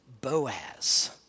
Boaz